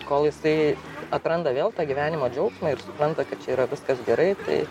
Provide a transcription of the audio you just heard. kol jisai atranda vėl tą gyvenimo džiaugsmą ir supranta kad čia yra viskas gerai tai